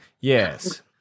Yes